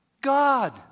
God